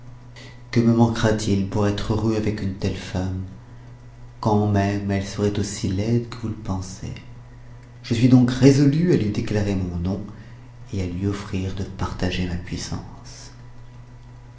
que me manquera-t-il pour être heureux avec une telle femme quand même elle serait aussi laide que vous le pensez je suis donc résolu à lui déclarer mon nom et à lui offrir de partager ma puissance